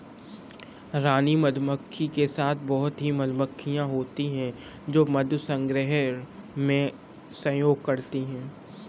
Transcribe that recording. रानी मधुमक्खी के साथ बहुत ही मधुमक्खियां होती हैं जो मधु संग्रहण में सहयोग करती हैं